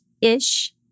ish